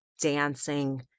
dancing